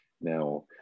Now